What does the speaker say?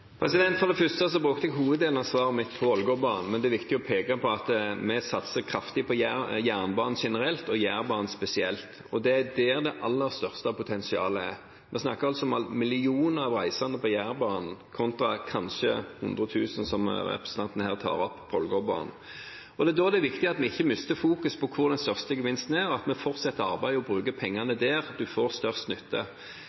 For det første brukte jeg hoveddelen av svaret mitt på Ålgårdbanen, men det er viktig å peke på at vi satser kraftig på jernbanen generelt og Jærbanen spesielt. Det er der det aller største potensialet er. Man snakker altså om millioner av reisende på Jærbanen kontra kanskje 100 000 på Ålgårdbanen, som representanten her tar opp. Det er da det er viktig at vi ikke mister fokus på hvor den største gevinsten er, og at vi fortsetter arbeidet og bruker pengene